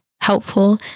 helpful